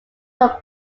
from